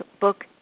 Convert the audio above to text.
book